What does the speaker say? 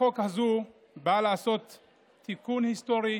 שאין לה עמדת הצבעה, נגד, 42,